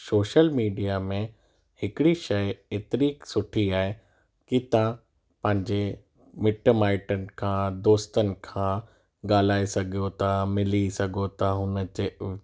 social media में हिकिड़ी शइ एतिरी सुठी आहे की तव्हां पंहिंजे मिट माइटनि खां दोस्तनि खां ॻाल्हाए सघो था मिली सघो था हुन जे